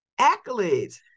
accolades